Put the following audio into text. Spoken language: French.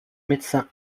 médecin